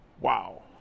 Wow